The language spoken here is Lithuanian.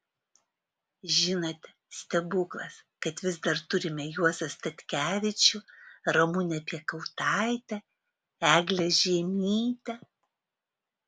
žinote stebuklas kad vis dar turime juozą statkevičių ramunę piekautaitę eglę žiemytę